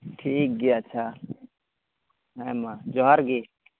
ᱴᱷᱤᱠᱜᱮᱭᱟ ᱟᱪᱪᱷᱟ ᱦᱮᱸ ᱢᱟ ᱡᱚᱸᱦᱟᱨᱜᱮ